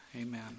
amen